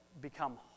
become